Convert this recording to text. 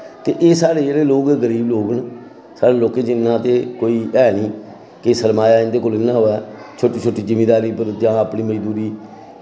ते एह् साढ़े जेह्ड़े लोग गरीब लोग न साढ़े लोकें च ते कोई जमींदार ते ऐ निं ते सरमाया इं'दे कोला निं होएआ ते छोटी छोटी जमींदारी जां अपनी मजबूरी